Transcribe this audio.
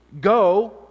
Go